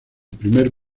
primer